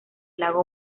lago